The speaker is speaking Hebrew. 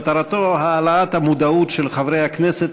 שמטרתו: העלאת המודעות של חברי הכנסת